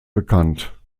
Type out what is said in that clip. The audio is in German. bekannt